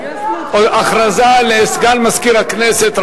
הודעה לסגן מזכיר הכנסת,